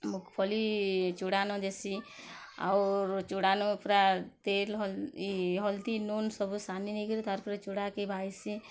ମୁଗଫଲୀ ଚୁଡ଼ାନ ଦେଶୀ ଆଉର୍ ଚୁଡ଼ାନୁ ପୁରା ତେଲ୍ ଇଏ ହଳଦୀ ନୁଣ୍ ସବୁ ସାନି ନେଇକରି ତା'ର୍ ପରେ ଚୁଡ଼ାକେ ଭାଜସି